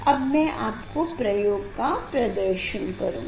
अब मैं आपको प्रयोग का प्रदर्शन करूँगा